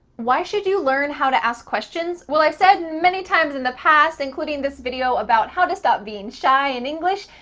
why should you learn how to ask questions? well, i've said, many times in the past, including this video about how to stop being shy in english,